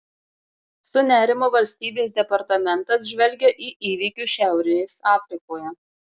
su nerimu valstybės departamentas žvelgia į įvykius šiaurės afrikoje